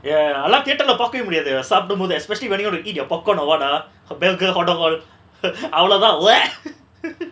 ya ya அதலா:athala theater lah பாகவே முடியாது சாப்டும்போது:paakave mudiyathu saapdumpothu especially when you wanna to eat your popcorn or what ah belkahotaol அவளோதா:avalotha